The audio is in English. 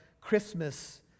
Christmas